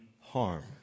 harm